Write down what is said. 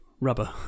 rubber